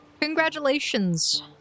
Congratulations